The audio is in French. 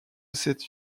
cette